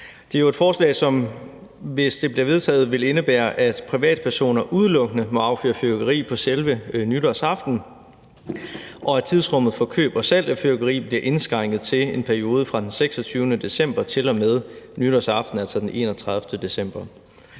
Det er et forslag, som, hvis det bliver vedtaget, vil indebære, at privatpersoner udelukkende må affyre fyrværkeri selve nytårsaften, og at tidsrummet for køb og salg af fyrværkeri bliver indskrænket til en periode fra den 26. december til og med nytårsaften, altså den 31. december.